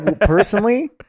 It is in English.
personally